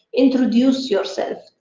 introduce yourself.